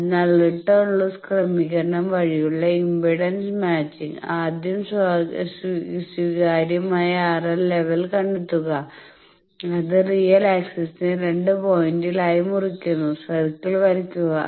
അതിനാൽ return loss ക്രമീകരണം വഴിയുള്ള ഇംപെഡൻസ് മാച്ചിങ് ആദ്യം സ്വീകാര്യമായ RL ലെവൽ കണ്ടെത്തുക അത് റിയൽ ആക്സിസിനെ 2 പോയിന്റിൽ ആയി മുറിക്കുന്ന സർക്കിൾ വരയ്ക്കുക